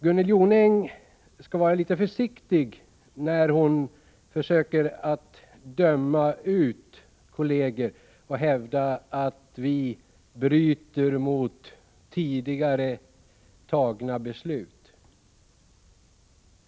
Gunnel Jonäng bör vara litet försiktig när hon försöker döma ut kolleger och hävda att vi bryter mot tidigare tagna beslut.